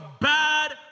bad